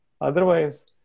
Otherwise